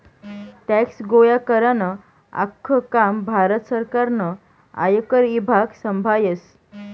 tax गोया करानं आख्खं काम भारत सरकारनं आयकर ईभाग संभायस